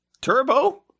Turbo